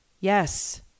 Yes